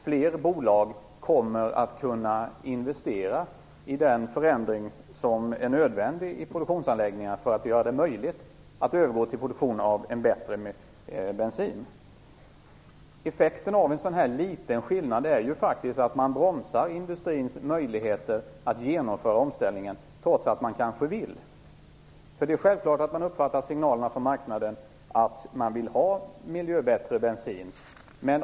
Fler bolag kommer att kunna investera i den förändring som är nödvändig i produktionsanläggningar för att göra det möjligt att övergå till produktion av bättre bensin. Effekten av en sådan här liten skillnad blir faktiskt att man bromsar industrins möjligheter att genomföra omställningar, trots att den kanske vill. Det är självklart att man uppfattar signalerna från marknaden om att bensinen måste bli bättre för miljön.